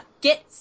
get